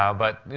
um but, you